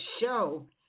show